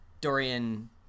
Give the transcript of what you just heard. Dorian